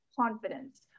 confidence